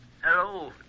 Hello